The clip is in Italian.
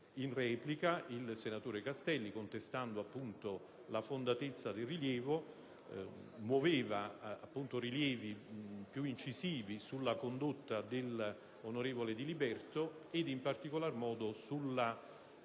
In replica, il senatore Castelli, contestando la fondatezza del rilievo, muoveva rilievi più incisivi sulla condotta dell'onorevole Diliberto, in particolar modo sulla